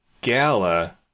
gala